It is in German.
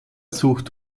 sucht